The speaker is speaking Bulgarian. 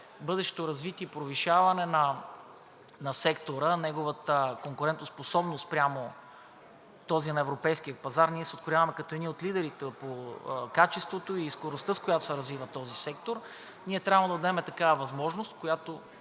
бъдещото развитие и повишаване на сектора, на неговата конкурентоспособност спрямо този на европейския пазар, ние се открояваме като един от лидерите по качеството и скоростта, с която се развива този сектор, ние трябва да му дадем такава възможност, която